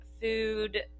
food